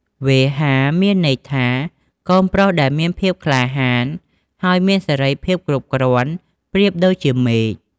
វេហា មានន័យថា កូនប្រុសដែលមានភាពក្លាហាន ហើយមានសេរីភាពគ្រប់គ្រាន់ ប្រៀបដូចជាមេឃ។